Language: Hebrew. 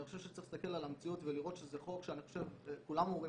אני חושב שצריך להסתכל על המציאות ולראות שזה חוק שכולם אומרים